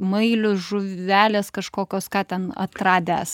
mailių žuvelės kažkokios ką ten atradęs